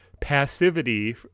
passivity